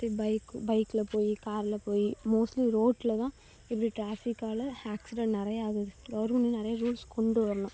இப்படி பைக்கு பைக்கில் போய் காரில் போய் மோஸ்ட்லி ரோட்டில் தான் இப்படி ட்ராஃபிக்கால் ஆக்ஸிடெண்ட் நிறைய ஆகுது கவர்மெண்ட் வந்து நிறைய ரூல்ஸ் கொண்டு வரணும்